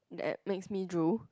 that makes me drool